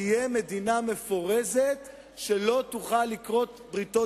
תהיה מדינה מפורזת שלא תוכל לכרות בריתות